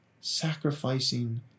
sacrificing